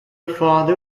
father